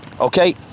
Okay